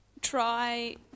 try